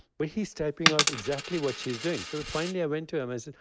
but he's typing out exactly what she's doing so finally i went to him. i said,